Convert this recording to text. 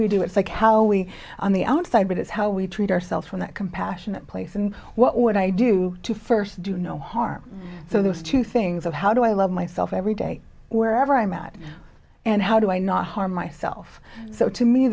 we do it's like how we on the outside but it's how we treat ourselves from that compassionate place and what would i do to first do no harm so those two things of how do i love myself every day wherever i'm mad and how do i not harm myself so to me